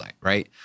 right